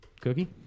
Cookie